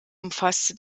umfasste